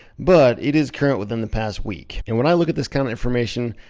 but it is current within the past week. and when i look at this kind of information,